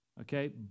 Okay